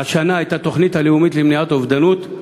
השנה את התוכנית הלאומית למניעת אובדנות.